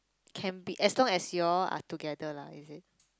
can be as long as you all are together lah is it